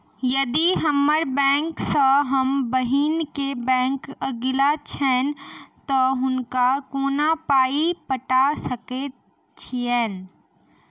यदि हम्मर बैंक सँ हम बहिन केँ बैंक अगिला छैन तऽ हुनका कोना पाई पठा सकैत छीयैन?